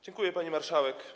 Dziękuję, pani marszałek.